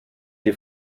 die